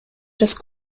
des